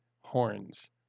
horns